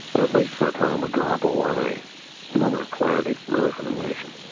at least for a time, would drop away. a moment of clarity, really, for the nation